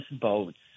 boats